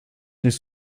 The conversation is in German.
nicht